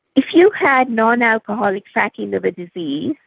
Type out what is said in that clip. if you had non-alcoholic fatty liver disease,